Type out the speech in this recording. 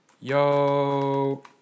Yo